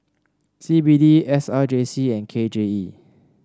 C B D S R J C and K J E